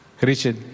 Richard